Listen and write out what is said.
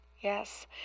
yes